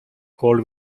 called